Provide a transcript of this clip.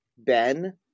ben